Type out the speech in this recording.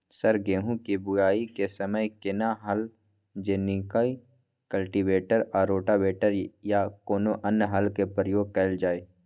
Sir गेहूं के बुआई के समय केना हल जेनाकी कल्टिवेटर आ रोटावेटर या कोनो अन्य हल के प्रयोग कैल जाए?